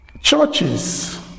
Churches